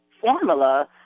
formula